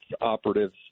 operatives